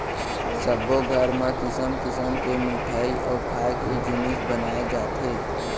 सब्बो घर म किसम किसम के मिठई अउ खाए के जिनिस बनाए जाथे